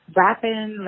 rapping